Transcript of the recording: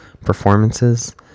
performances